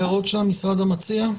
הערות של המשרד המציע?